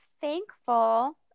thankful